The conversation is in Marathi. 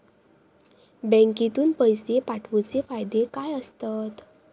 बँकेतून पैशे पाठवूचे फायदे काय असतत?